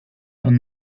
son